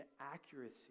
accuracy